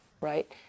right